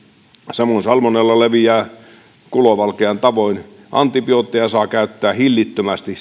samoin salmonella leviää kulovalkean tavoin antibiootteja saa käyttää hillittömästi